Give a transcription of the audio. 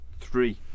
three